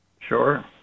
Sure